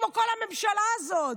כמו כל הממשלה הזאת,